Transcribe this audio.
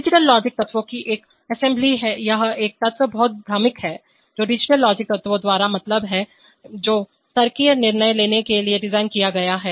digital logic तत्वों की एक असेंबली यह एक तत्व बहुत भ्रामक है जो डिजिटल लॉजिक तत्वों द्वारा मतलब है जो तार्किक निर्णय लेने के लिए डिज़ाइन किया गया है